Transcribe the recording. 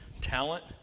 talent